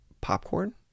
popcorn